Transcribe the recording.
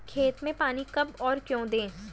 खेत में पानी कब और क्यों दें?